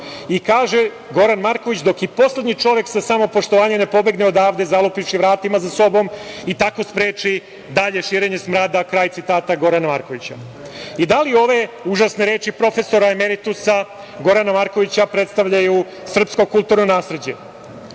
Kaže Goran Marković - dok i poslednji čovek sa samopoštovanjem ne pobegne odavde zalupivši vratima za sobom i tako spreči dalje širenje smrada, kraj citata Gorana Markovića. Da li ove užasne reči profesora, emeritusa Gorana Markovića predstavljaju srpsko kulturno nasleđe? Goran